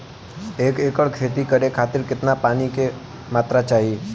एक एकड़ खेती करे खातिर कितना पानी के मात्रा चाही?